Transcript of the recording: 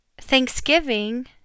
Thanksgiving